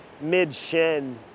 mid-shin